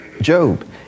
Job